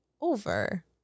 over